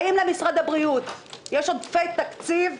האם למשרד הבריאות יש עודפי תקציב?